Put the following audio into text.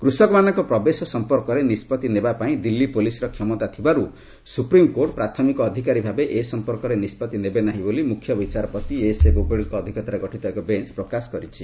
କୃଷକମାନଙ୍କ ପ୍ରବେଶ ସଂପର୍କରେ ନିଷ୍ପଭି ନେବା ପାଇଁ ଦିଲ୍ଲୀ ପୋଲିସର କ୍ଷମତାଥିବାରୁ ସୁପ୍ରିମକୋର୍ଟ ପ୍ରାଥମିକ ଅଧିକାରୀ ଭାବେ ଏ ସଂପର୍କରେ ନିଷ୍ପଭି ନେବ ନାହିଁ ବୋଲି ମୁଖ୍ୟ ବିଚାରପତି ଏସ୍ଏ ବୋବଡେଙ୍କ ଅଧ୍ୟକ୍ଷତାରେ ଗଠିତ ଏକ ବେଞ୍ଚ ପ୍ରକାଶ କରିଛି